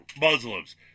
Muslims